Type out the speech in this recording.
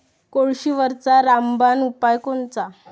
कोळशीवरचा रामबान उपाव कोनचा?